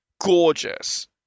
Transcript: gorgeous